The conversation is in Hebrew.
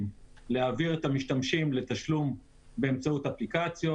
להעביר את המשתמשים לתשלום באמצעות אפליקציות.